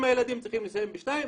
אם הילדים צריכים לסיים ב-14:00,